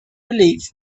believe